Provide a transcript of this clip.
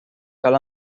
cal